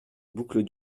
boucle